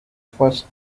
first